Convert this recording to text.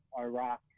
Iraq